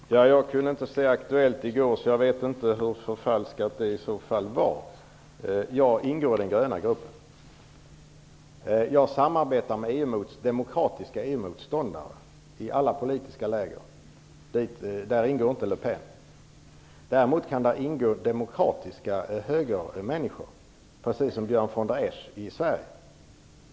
Herr talman! Jag kunde inte se Aktuellt i går så jag vet inte hur förfalskat inslaget var. Jag ingår i den gröna gruppen. Jag samarbetar med demokratiska EU-motståndare i alla politiska läger. Däri ingår inte Le Pen. Däremot kan det ingå demokratiska högermänniskor, precis som Björn von der Esch i Sverige.